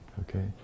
Okay